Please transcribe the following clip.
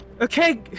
Okay